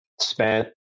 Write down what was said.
spent